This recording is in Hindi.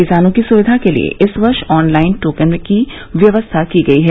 किसानों की सुविधा के लिये इस वर्ष ऑन लाइन टोकन की व्यवस्था की गई है